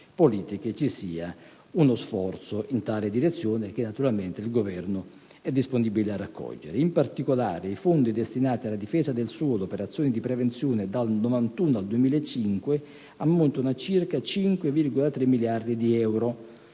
politiche ci sia uno sforzo in tale direzione, che naturalmente il Governo è disponibile ad accogliere. In particolare, i fondi destinati alla difesa del suolo e ad operazioni di prevenzione dal 1991 al 2005 ammontano a circa 5,3 miliardi di euro.